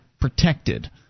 protected